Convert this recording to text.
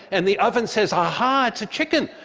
and the oven says, aha, it's a chicken,